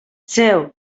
seu